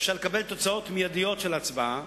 אפשר לקבל תוצאות מיידיות של הצבעה,